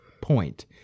point